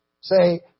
Say